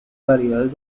variedades